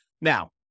Now